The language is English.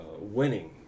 winning